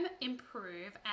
improve